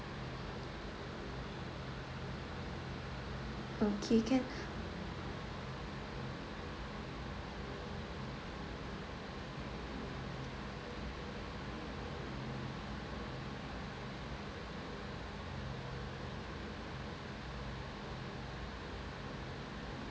okay can